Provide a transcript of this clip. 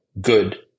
good